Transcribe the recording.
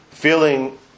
Feeling